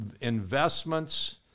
Investments